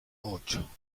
ocho